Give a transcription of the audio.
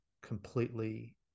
completely